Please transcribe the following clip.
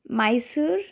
Mysuru